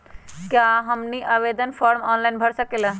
क्या हमनी आवेदन फॉर्म ऑनलाइन भर सकेला?